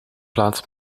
plaats